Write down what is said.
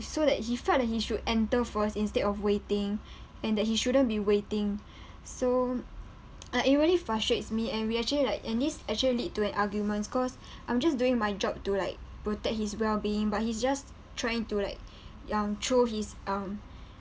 so that he felt that he should enter first instead of waiting and that he shouldn't be waiting so uh it really frustrates me and we actually like and this actually lead to an arguments cause I'm just doing my job to like protect his well being but he's just trying to like um throw his um